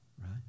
right